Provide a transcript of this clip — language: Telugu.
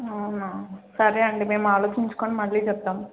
అవునా సరే అండి మేము ఆలోచించుకుని మళ్ళీ చెప్తాం